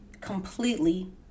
completely